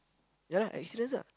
ya lah accidents lah